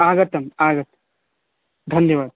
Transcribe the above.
आगतम् आगत् धन्यवादः